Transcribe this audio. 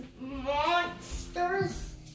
monsters